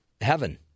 heaven